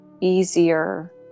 easier